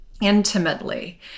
intimately